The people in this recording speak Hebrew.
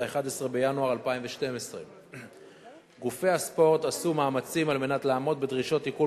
11 בינואר 2012. גופי הספורט עשו מאמצים לעמוד בדרישות תיקון